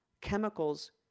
chemicals